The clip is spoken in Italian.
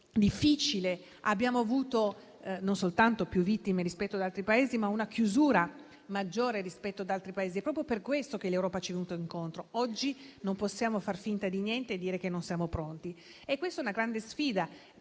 difficile. Abbiamo avuto non soltanto più vittime, ma anche una chiusura maggiore rispetto ad altri Paesi. È proprio per questo che l'Europa ci è venuta incontro. Oggi non possiamo far finta di niente e dire che non siamo pronti. Questa è una grande sfida,